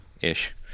ish